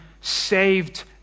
saved